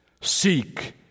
seek